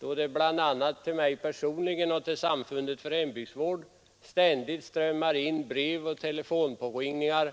Både till mig personligen och till Samfundet för hembygdsvård strömmar det nu ständigt in brev och kommer det telefonpåringningar